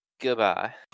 goodbye